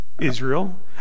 Israel